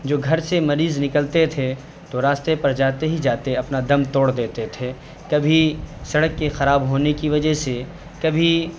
جو گھر سے مریض نکلتے تھے تو راستے پر جاتے ہی جاتے اپنا دم توڑ دیتے تھے کبھی سڑک کے خراب ہونے کی وجہ سے کبھی